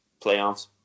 playoffs